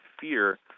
fear